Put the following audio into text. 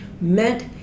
meant